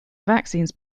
vaccines